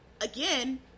again